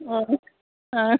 ꯑꯥ ꯑꯥ